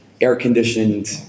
air-conditioned